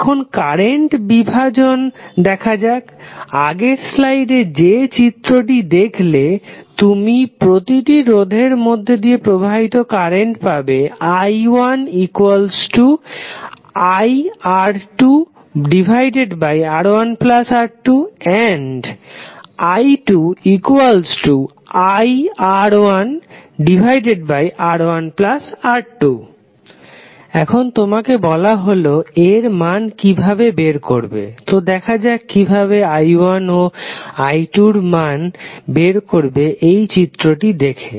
এখন কারেন্ট বিভাজন দেখা যাক আগের স্লাইডে যে চিত্রটি দেখলে তুমি প্রতিটি রোধের মধ্যে দিয়ে প্রবাহিত কারেন্টের পাবে i1iR2R1R2i2iR1R1R2 এখন তোমাকে বলা হলো এর মান কিভাবে বের করবে তো দেখা যাক কিভাবে i1 ও i2 এর মান বের করবে চিত্রটি দেখে